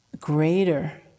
greater